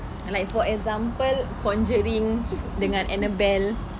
uh like for example conjuring dengan annabelle